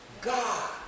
God